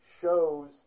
shows